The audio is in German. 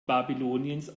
babyloniens